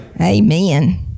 Amen